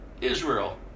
Israel